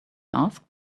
asked